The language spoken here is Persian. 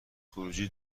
خروجی